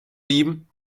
lieben